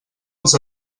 els